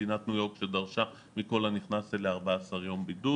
מדינת ניו יורק שדרשה מכל הנכנס אליה 14 יום בידוד